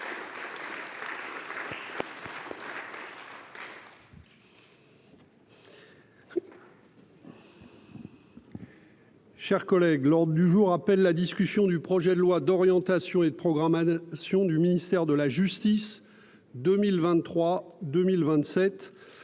Sénat français. L'ordre du jour appelle la discussion du projet de loi d'orientation et de programmation du ministère de la justice 2023-2027